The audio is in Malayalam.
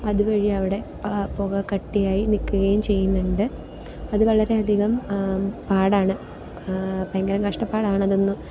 അതുവഴി അവിടെ ആ പുക കട്ടിയായി നിൽക്കുകയും ചെയ്യുന്നുണ്ട് അത് വളരെയധികം പാടാണ് ഭയങ്കരം കഷ്ടപ്പാടാണ് അതൊന്ന്